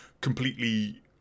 completely